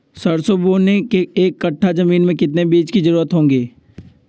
सरसो बोने के एक कट्ठा जमीन में कितने बीज की जरूरत होंगी?